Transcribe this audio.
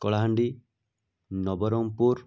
Kalahandi Nabarangpur